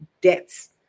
debts